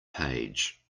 page